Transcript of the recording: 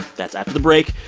that's after the break.